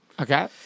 Okay